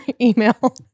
email